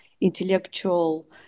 intellectual